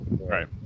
Right